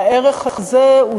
והערך הזה הוא